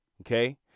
Okay